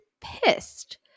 pissed